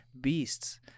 beasts